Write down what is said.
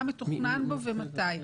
מה מתוכנן בו ומתי.